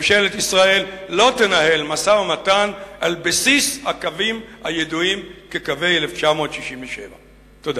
ממשלת ישראל לא תנהל משא-ומתן על בסיס הקווים הידועים כקווי 1967. תודה.